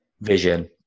vision